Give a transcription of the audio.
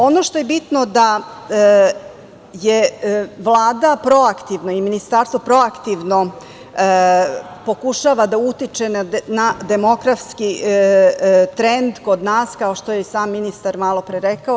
Ono što je bitno je da Vlada proaktivno i ministarstvo proaktivno pokušava da utiče na demografski trend kod nas kao što je i sam ministar malopre rekao.